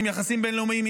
עם יחסים בין-לאומיים,